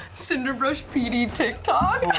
cinderbrush pd tiktok?